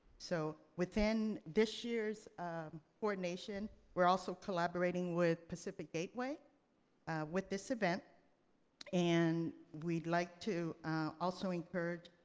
so within this year's coordination we're also collaborating with pacific gateway with this event and we'd like to also encourage,